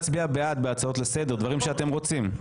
בעד, בדברים שאתם רוצים.